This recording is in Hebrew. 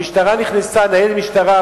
המשטרה נכנסה, ניידת משטרה,